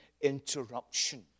interruption